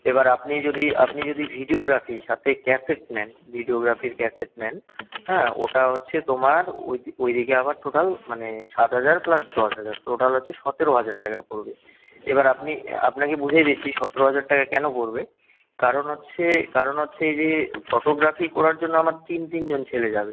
এবার আপনি যদি আপনি যদি ভিডিওগ্রাফি সাথে ক্যাসেট নেন ভিডিওগ্রাফির ক্যাসেট নেন হ্যাঁ ওটা হচ্ছে তোমার ওইদিকে আবার টোটাল মানে সাত হাজার প্লাস দশ হাজার টোটাল হচ্ছে সতেরো হাজার টাকা পড়বে এবার আপনি আপনাকে বুঝিয়ে দিচ্ছি সতেরো হাজার টাকা কেন পড়বে কারণ হচ্ছে কারণ হচ্ছে এই যে ফটোগ্রাফি করার জন্য আমার তিন তিনজন ছেলে যাবে